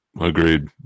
Agreed